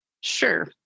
Sure